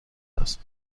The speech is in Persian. است